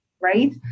right